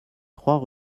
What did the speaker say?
trois